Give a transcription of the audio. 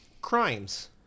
Crimes